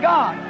God